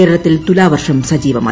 കേരളത്തിൽ തുലാവർഷം സജീവമായി